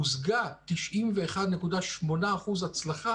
הושגה 91.8% הצלחה